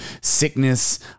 sickness